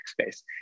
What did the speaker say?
space